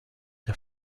der